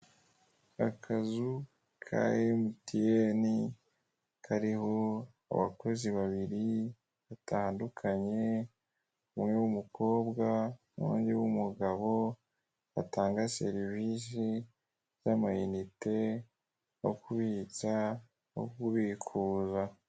Akazu ka MTN, kariho abakozi babiri batandukanye umwe w'umukobwa n'undi w'umugabo batanga serivisi zamayinite no kubitsa no kubikuza.